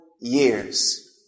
years